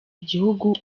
igihugu